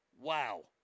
Wow